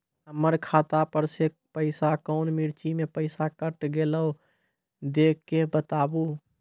हमर खाता पर से पैसा कौन मिर्ची मे पैसा कैट गेलौ देख के बताबू?